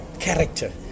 Character